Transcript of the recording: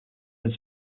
its